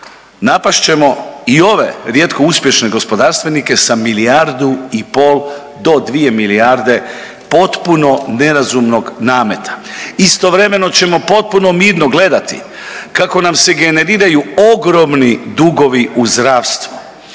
Napast ćemo i ove rijetko uspješne gospodarstvenike sa milijardu i pol do 2 milijarde potpuno nerazumnog nameta. Istovremeno ćemo potpuno mirno gledati kako nam se generiraju ogromni dugovi u zdravstvu,